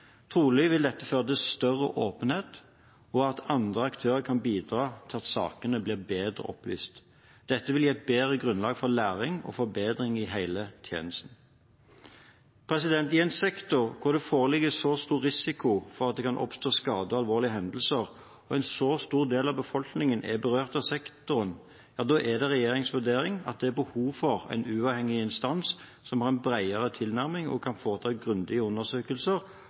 vil det føre til større åpenhet og at andre aktører kan bidra til at sakene blir bedre opplyst. Dette vil gi et bedre grunnlag for læring og forbedring i hele tjenesten. I en sektor hvor det foreligger så stor risiko for at det kan oppstå skader og alvorlige hendelser, og en så stor del av befolkningen er berørt av sektoren, er det regjeringens vurdering at det er behov for en uavhengig instans som har en bredere tilnærming og kan foreta grundige undersøkelser